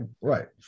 right